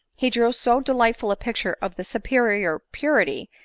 he drew so delightful a picture of the superior purity,